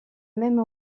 même